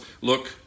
look